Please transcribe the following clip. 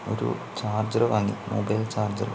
ഒരു ചാർജർ വാങ്ങി mobile charger